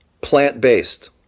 plant-based